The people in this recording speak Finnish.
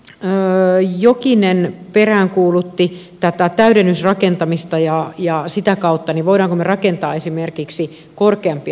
edustaja jokinen peräänkuulutti täydennysrakentamista ja sitä voimmeko me rakentaa esimerkiksi korkeampia taloja